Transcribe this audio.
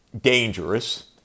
dangerous